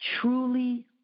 truly